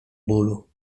bólu